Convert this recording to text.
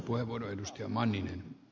arvoisa puhemies